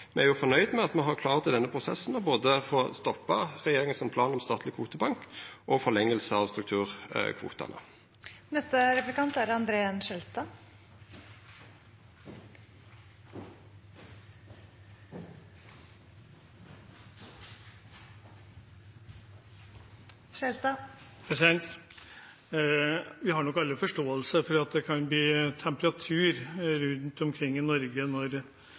Me er fornøgde med at me i denne prosessen har klart å få stoppa både regjeringa sin plan om statleg kvotebank og forlenging av strukturkvotane. Vi har nok alle forståelse for at det kan bli temperatur rundt omkring i Norge når